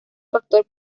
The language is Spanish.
factor